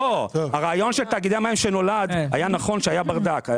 הרעיון של תאגידי המים שנולד היה נכון כי היה ברדק.